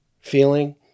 feeling